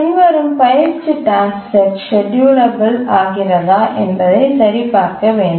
பின்வரும் பயிற்சி task set schedulable ஆகிறதா என்பதை சரிபார்க்க வேண்டும்